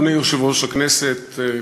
אדוני יושב-ראש הכנסת,